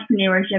entrepreneurship